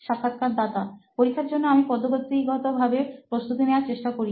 সাক্ষাৎকারদাতা পরীক্ষার জন্য আমি পদ্ধতিগত ভাবে প্রস্তুতি নেওয়ার চেষ্টা করি